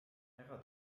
ära